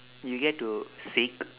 you get to sick